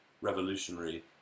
revolutionary